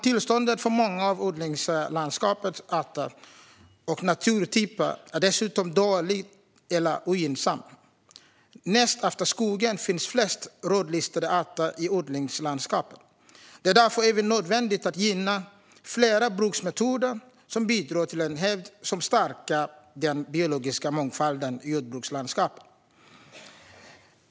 Tillståndet för många av odlingslandskapets arter och naturtyper är dessutom dåligt eller ogynnsamt. Näst efter skogen finns flest rödlistade arter i odlingslandskapet. Det är därför nödvändigt att gynna fler bruksmetoder som bidrar till en hävd som stärker den biologiska mångfalden i jordbrukslandskapet.